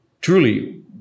Truly